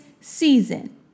season